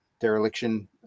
Dereliction